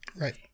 Right